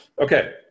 Okay